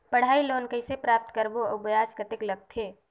पढ़ाई लोन कइसे प्राप्त करबो अउ ब्याज कतेक लगथे?